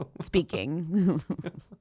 speaking